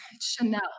Chanel